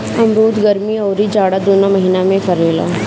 अमरुद गरमी अउरी जाड़ा दूनो महिना में फरेला